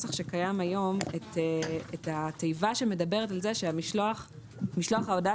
מהנוסח שקיים היום את התיבה שמדברת על זה שמשלוח ההודעה